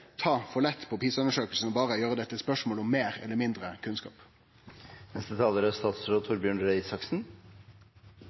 ta for lett på PISA-undersøkinga og berre gjere det til eit spørsmål om meir eller mindre kunnskap. I diskusjonen om PISA er